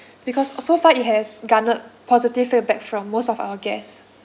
because so far it has garnered positive feedback from most of our guests